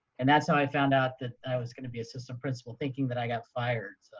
and that's how i found out that i was gonna be assistant principal, thinking that i got fired,